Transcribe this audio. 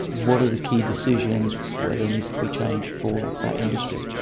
what are the key decisions where the needs to be change for that industry?